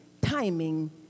timing